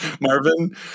Marvin